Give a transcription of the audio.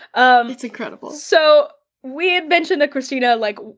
um it's incredible. so we had mentioned that kristina like,